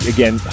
Again